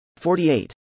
48